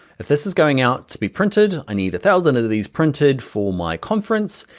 if this is going out to be printed, i need a thousand of these printed for my conference,